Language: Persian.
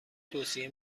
توصیه